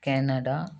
Canada